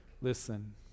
Listen